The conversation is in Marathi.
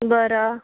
बरं